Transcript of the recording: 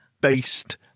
based